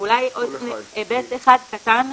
ואולי עוד היבט אחד קטן,